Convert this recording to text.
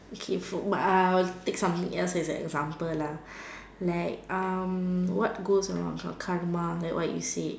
okay food but I'll take something else as an example lah like um what goes about got karma like what you said